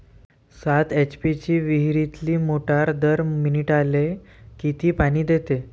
सात एच.पी ची विहिरीतली मोटार दर मिनटाले किती पानी देते?